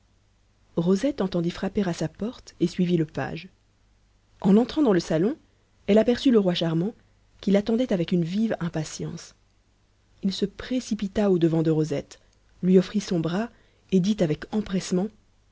rosette entendit frapper à sa porte et suivit le page en entrant dans le salon elle aperçut le roi charmant qui l'attendait avec une vive impatience il se précipita au-devant de rosette lui offrit son bras et dit avec empressement